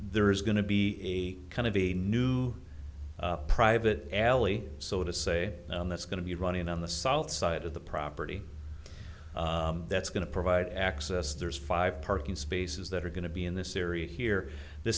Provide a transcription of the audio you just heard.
there is going to be a kind of a new private alley so to say that's going to be running on the south side of the property that's going to provide access there's five parking spaces that are going to be in this area here th